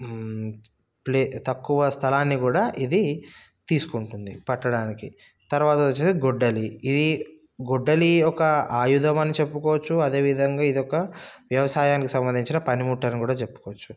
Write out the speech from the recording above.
play తక్కువ స్థలాన్ని కూడా ఇది తీసుకుంటుంది పట్టడానికి తర్వాత వచ్చేసి గొడ్డలి ఈ గొడ్డలి ఒక ఆయుధమని చెప్పుకోవచ్చు అదే విధంగా ఇదొక వ్యవసాయానికి సంబంధించిన పనిముట్టని కూడా చెప్పుకోవచ్చు